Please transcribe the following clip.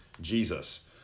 jesus